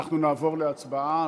אנחנו נעבור להצבעה.